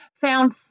found